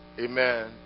Amen